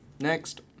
next